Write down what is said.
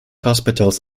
hospitals